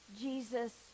Jesus